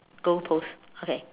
goalpost okay